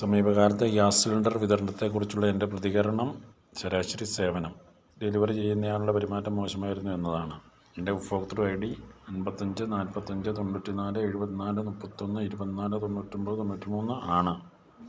സമീപകാലത്തെ gas cylinder വിതരണത്തെ കുറിച്ചുള്ള എൻ്റെ പ്രതികരണം ശരാശരി സേവനം ഡെലിവറി ചെയ്യുന്ന ആളുടെ പെരുമാറ്റം മോശമായിരുന്നു എന്നതാണ് എൻ്റെ ഉപഭോക്തൃ ഐ ഡി അമ്പത്തി അഞ്ച് നാൽപ്പത്തി അഞ്ച് തൊണ്ണൂറ്റി നാല് എഴുപത്തി നാല് മുപ്പത്തി ഒന്ന് ഇരുപത്തി നാല് തൊണ്ണൂറ്റി ഒമ്പത് തൊണ്ണൂറ്റി മൂന്ന് ആണ്